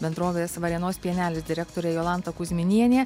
bendrovės varėnos pienelis direktorė jolanta kuzminienė